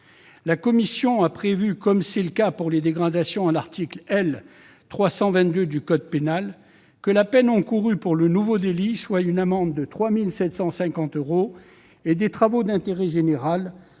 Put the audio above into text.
la commission a prévu, comme c'est le cas pour les dégradations visées à l'article L. 322-1 du code pénal, que la peine encourue pour le nouveau délit soit une amende de 3 750 euros et des travaux d'intérêt général